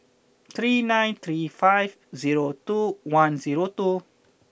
three nine three five zero two one zero two